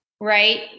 right